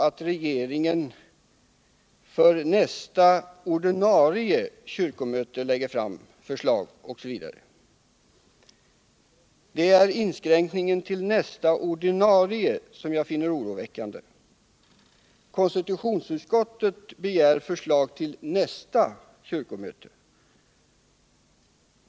att regeringen för nästa ordinarie kyrkomöte lägger fram förslag osv. Det är inskränkningen till ”nästa ordinarie kvrkomöte” som jag finner oroväckande. Konstitutionsutskottet begär förslag till nästa kyrkomöte.